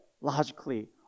logically